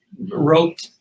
wrote